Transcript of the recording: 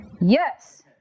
Yes